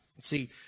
See